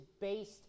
based